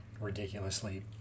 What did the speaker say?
ridiculously